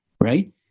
right